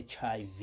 hiv